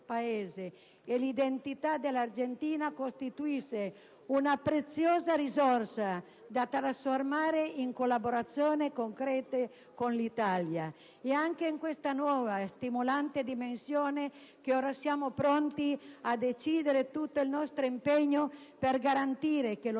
Paese, e l'italianità dell'Argentina costituisce una preziosa risorsa, da trasformare in collaborazioni concrete con l'Italia. È anche in questa nuova e stimolante dimensione che ora siamo pronti a dedicare tutto il nostro impegno per garantire che lo